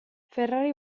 ferrari